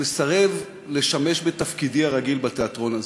אני מסרב לשמש בתפקידי הרגיל בתיאטרון הזה,